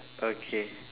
okay